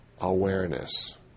awareness